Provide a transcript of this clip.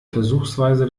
versuchsweise